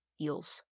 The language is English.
eels